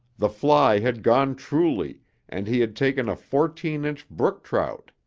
the fly had gone truly and he had taken a fourteen-inch brook trout.